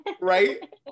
Right